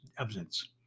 evidence